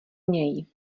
něj